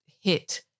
hit